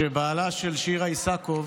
כשבעלה של שירה איסקוב